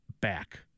back